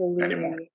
anymore